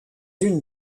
une